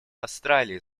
австралии